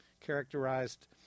characterized